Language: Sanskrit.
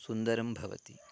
सुन्दरं भवति